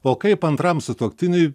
o kaip antram sutuoktiniui